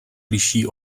liší